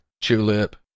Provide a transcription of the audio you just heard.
Tulip